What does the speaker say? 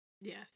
yes